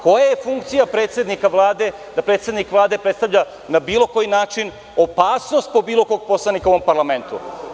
Koja je funkcija predsednika Vlade, da predsednik Vlade predstavlja na bilo koji način opasnost po bilo kog poslanika u ovom parlamentu?